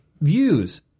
views